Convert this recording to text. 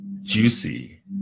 Juicy